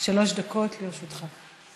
שלוש דקות לרשותך.